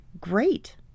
Great